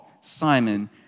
Simon